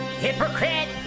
Hypocrite